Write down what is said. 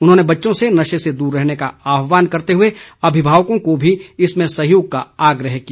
उन्होंने बच्चों से नशे से दूर रहने का आहवान करते हुए अभिभावकों को भी इसमें सहयोग का आग्रह किया